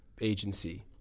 agency